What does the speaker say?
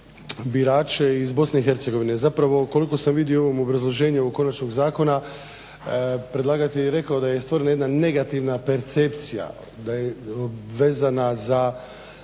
birače iz BiH, zapravo koliko sam vidio u ovom obrazloženju ovog konačnog zakona predlagatelj je rekao da je stvorena jedna negativna percepcija, da je vezana za